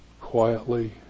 Quietly